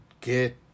get